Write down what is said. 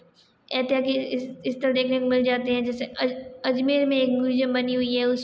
ऐतिहासिक स्थल देखने को मिल जाते हैं जैसे अजमेर में मूजियम बनी हुई है उसमें